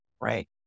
right